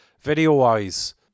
Video-wise